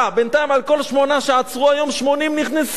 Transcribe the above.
בינתיים על כל שמונה שעצרו היום, 80 נכנסו.